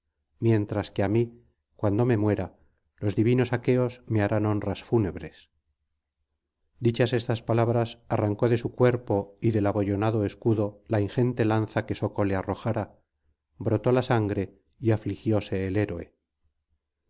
mientras que á mí cuando me muera los divinos aqueos me harán honras fúnebres dichas estas palabras arrancó de su cuerpo y del abollonado escudo la ingente lanza que soco le arrojara brotó la sangre y afligióse el héroe